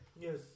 Yes